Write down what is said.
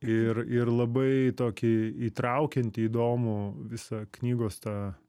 ir ir labai tokį įtraukiantį įdomų visą knygos tą